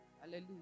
Hallelujah